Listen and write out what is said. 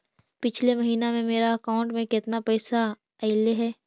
पिछले महिना में मेरा अकाउंट में केतना पैसा अइलेय हे?